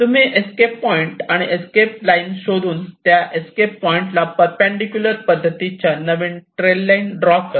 तुम्ही escape point आणि escape line शोधून त्या एस्केप पॉईंट ला परपेंडिकुलर पद्धतीच्या नवीन ट्रेल लाईन ड्रॉ करा